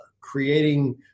creating